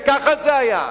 וכך זה היה,